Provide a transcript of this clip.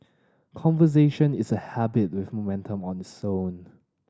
conversation is a habit with momentum its own